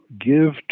give